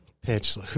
pitch